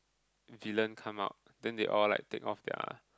villain come out then they all like take off their